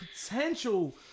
potential